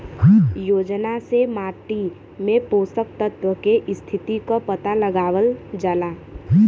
योजना से माटी में पोषक तत्व के स्थिति क पता लगावल जाला